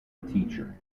teacher